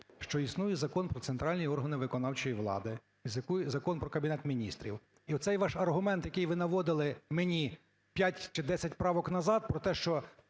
що існує Закон "Про центральні органи виконавчої влади", Закон про Кабінет Міністрів, і оцей ваш аргумент, який ви наводили мені 5 чи 10 правок назад, про те, що